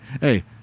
Hey